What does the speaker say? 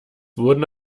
wurden